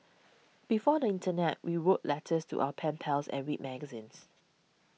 before the internet we wrote letters to our pen pals and read magazines